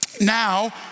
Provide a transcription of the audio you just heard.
Now